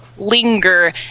linger